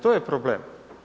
To je problem.